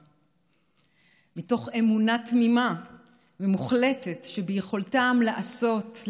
ומתוך אמונה תמימה ומוחלטת שביכולתם לעשות,